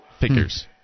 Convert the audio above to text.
Figures